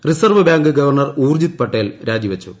reserve bank governor Urjit Patel രാജി വെച്ചു